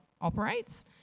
operates